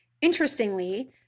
Interestingly